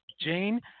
Jane